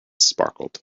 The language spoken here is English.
sparkled